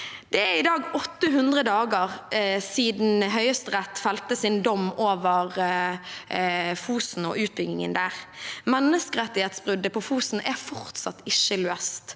Det er i dag 800 dager siden Høyesterett felte sin dom over Fosen-utbyggingen. Menneskerettighetsbruddet på Fosen er fortsatt ikke løst,